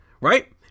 Right